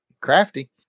crafty